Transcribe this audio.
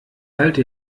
halte